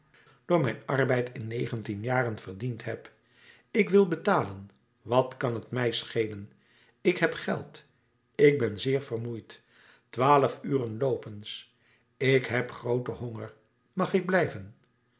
door mijn arbeid in negentien jaren verdiend heb ik wil betalen wat kan t mij schelen ik heb geld ik ben zeer vermoeid twaalf uren loopens ik heb grooten honger mag ik blijven